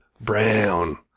Brown